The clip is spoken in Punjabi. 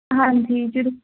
ਹਾਂਜੀ ਜ਼ਰੂਰ